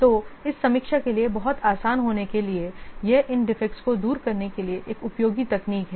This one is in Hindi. तो इस रिव्यू के लिए बहुत आसान होने के लिए यह इन डिफेक्टस को दूर करने के लिए एक उपयोगी तकनीक है